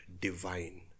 divine